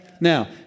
Now